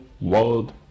world